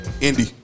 Indy